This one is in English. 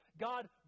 God